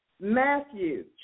Matthew